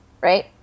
right